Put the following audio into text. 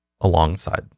alongside